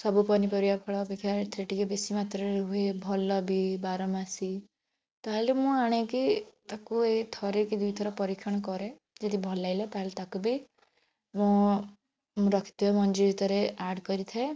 ସବୁ ପନିପରିବା ଫଳ ଅପେକ୍ଷା ଏଥିରେ ଟିକେ ବେଶୀ ମାତ୍ରାରେ ରୁହେ ଭଲ ବି ବାରମାସୀ ତାହେଲେ ମୁଁ ଆଣିକି ତାକୁ ଏଇ ଥରେ କି ଦୁଇଥର ପରୀକ୍ଷଣ କରେ ଯଦି ଭଲ ଲାଗିଲା ତାହେଲେ ତାକୁ ବି ମୁଁ ରଖିଥିବା ମଞ୍ଜି ଭିତରେ ଆଡ଼ କରିଥାଏ